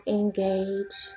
engage